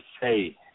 say